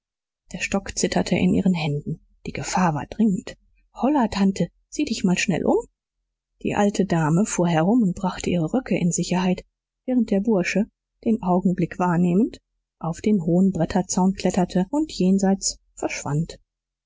der stock zitterte in ihren händen die gefahr war dringend holla tante sieh dich mal schnell um die alte dame fuhr herum und brachte ihre röcke in sicherheit während der bursche den augenblick wahrnehmend auf den hohen bretterzaun kletterte und jenseits verschwand